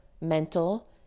mental